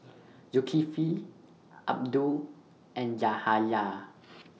Zulkifli Abdul and Yahaya